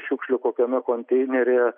šiukšlių kokiame konteineryje